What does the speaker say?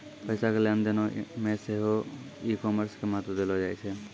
पैसा के लेन देनो मे सेहो ई कामर्स के महत्त्व देलो जाय छै